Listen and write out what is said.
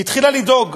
היא התחילה לדאוג,